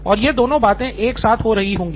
और यह दोनों बातें एक साथ हो रही होंगी